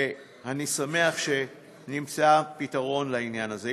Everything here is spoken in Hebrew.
ואני שמח שנמצא פתרון לעניין הזה.